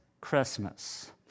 Christmas